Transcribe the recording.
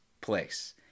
place